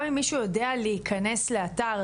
גם אם מישהו יודע להיכנס לאתר,